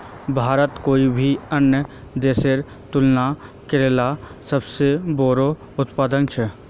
भारत कोई भी अन्य देशेर तुलनात केलार सबसे बोड़ो उत्पादक छे